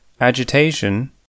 Agitation